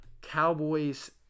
Cowboys